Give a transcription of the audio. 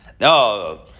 No